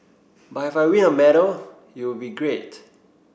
but if I win a medal it will be great